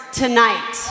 tonight